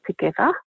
together